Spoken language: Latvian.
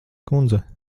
kundze